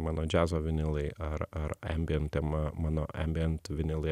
mano džiazo vinilai ar ar embian tema mano embiant vinilai